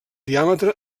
diàmetre